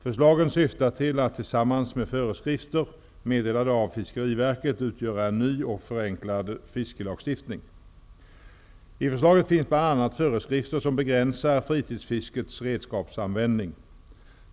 Förslagen syftar till att tillsammans med föreskrifter meddelade av Fiskeriverket utgöra en ny och förenklad fiskelagstiftning. I förslaget finns bl.a. föreskrifter som begränsar fritidsfiskets redskapsanvändning.